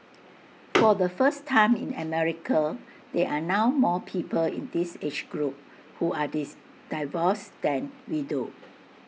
for the first time in America there are now more people in this age group who are this divorced than widowed